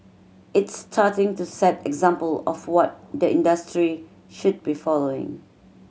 it's starting to set example of what the industry should be following